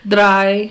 Dry